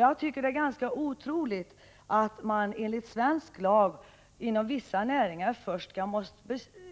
Jag tycker att det är ganska otroligt att man enligt svensk lag inom vissa näringar först måste